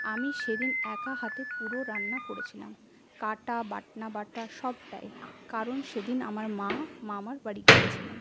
আমি সেদিন একা হাতে পুরো রান্না করেছিলাম কাটা বাটনা বাটা সবটাই কারণ সেদিন আমার মা মামার বাড়ি গিয়েছিলেন